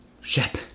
Shep